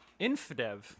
InfDev